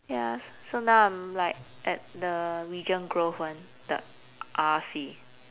ya s~ so now I'm like at like the regent grove one the R_C